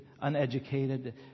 uneducated